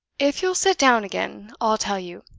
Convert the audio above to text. if you'll sit down again, i'll tell you.